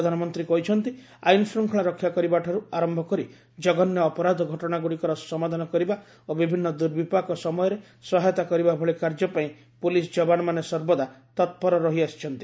ପ୍ରଧାନମନ୍ତ୍ରୀ କହିଛନ୍ତି ଆଇନଶୃଙ୍ଖଳା ରକ୍ଷାକରିବା ଠାରୁ ଆରମ୍ଭ କରି ଜଘନ୍ୟ ଅପରାଧ ଘଟଣାଗୁଡ଼ିକର ସମାଧାନ କରିବା ଓ ବିଭିନ୍ନ ଦୁର୍ବିପାକ ସମୟରେ ସହାୟତା କରିବା ଭଳି କାର୍ଯ୍ୟ ପାଇଁ ପୋଲିସ୍ ଯବାନମାନେ ସର୍ବଦା ତପୂର ରହିଆସିଛନ୍ତି